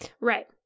Right